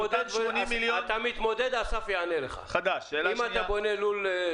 אותן 80 מיליון --- יענה לך אסף מה קורה אם אתה בונה לול.